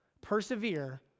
persevere